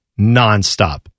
nonstop